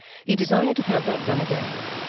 he desired to have that done again,